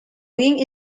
wing